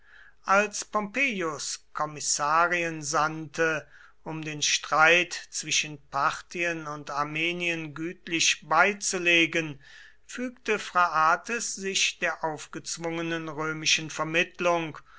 als pompeius kommissarien sandte um den streit zwischen parthien und armenien gütlich beizulegen fügte phraates sich der aufgezwungenen römischen vermittlung